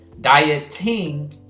Dieting